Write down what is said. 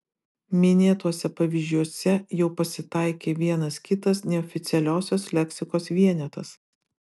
minėtuose pavyzdžiuose jau pasitaikė vienas kitas neoficialiosios leksikos vienetas